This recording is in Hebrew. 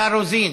מיכל רוזין,